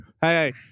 hey